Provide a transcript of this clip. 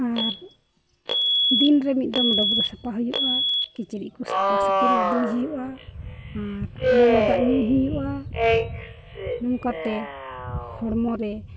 ᱟᱨ ᱫᱤᱱ ᱨᱮ ᱢᱤᱫ ᱫᱚᱢ ᱰᱟᱹᱵᱽᱨᱟᱹ ᱥᱟᱯᱷᱟ ᱦᱩᱭᱩᱜᱼᱟ ᱠᱤᱪᱨᱤᱪ ᱠᱚ ᱥᱟᱯᱷᱟ ᱥᱟᱹᱯᱷᱤ ᱞᱟᱸᱫᱮ ᱦᱩᱭᱩᱜᱼᱟ ᱟᱨ ᱞᱚᱞᱚ ᱫᱟᱜ ᱧᱩ ᱦᱩᱭᱩᱜᱼᱟ ᱧᱩ ᱠᱟᱛᱮ ᱦᱚᱲᱢᱚ ᱨᱮ